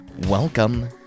Welcome